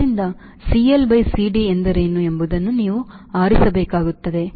ಆದ್ದರಿಂದ CL by CD ಎಂದರೇನು ಎಂಬುದನ್ನು ನೀವು ಆರಿಸಬೇಕಾಗುತ್ತದೆ